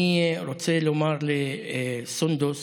אני רוצה לומר לסונדוס